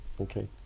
Okay